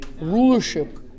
Rulership